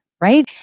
right